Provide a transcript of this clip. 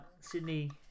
Sydney